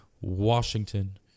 Washington